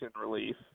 relief